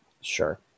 Sure